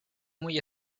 muy